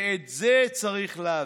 ואת זה צריך להבין.